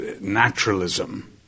naturalism